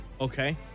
Okay